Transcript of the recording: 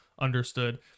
understood